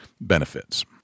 benefits